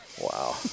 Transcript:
Wow